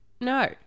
no